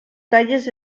calles